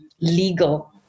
legal